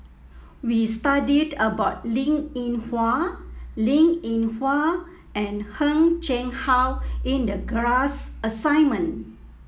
we studied about Linn In Hua Linn In Hua and Heng Chee How in the class assignment